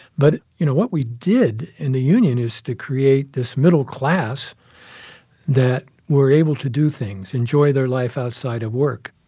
but, you know, what we did in the union is to create this middle class that were able to do things, enjoy enjoy their life outside of work.